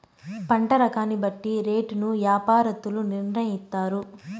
పంట రకాన్ని బట్టి రేటును యాపారత్తులు నిర్ణయిత్తారు